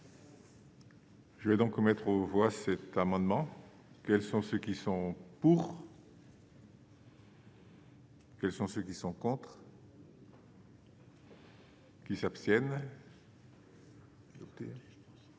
Je vais donc mettre aux voix, cet amendement, quels sont ceux qui sont pour. Quels sont ceux qui sont compte. Qui s'abstiennent.